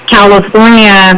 California